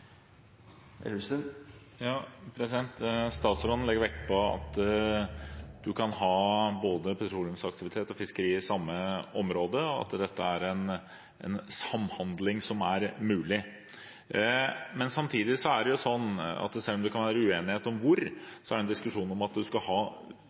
fiskeri i samme område, at dette er en samhandling som er mulig. Samtidig er det sånn at selv om det kan være uenighet om hvor,